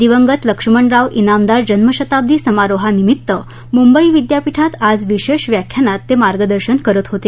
दिवंगत लक्ष्मणराव जामदार जन्मशताब्दी समारोहानिमित्त मुंबई विद्यापीठात आज विशेष व्याख्यानात ते मार्गदर्शन करत होते